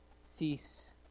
cease